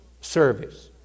service